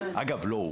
אגב לא הוא.